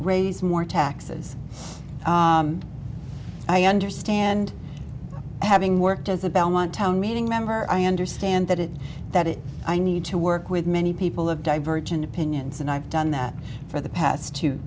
raise more taxes i understand having worked as a belmont town meeting member i understand that it that it i need to work with many people have divergent opinions and i've done that for the past two